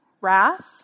wrath